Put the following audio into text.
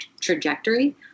trajectory